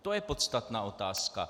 To je podstatná otázka.